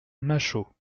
machault